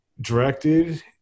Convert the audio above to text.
directed